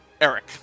Eric